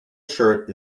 shirt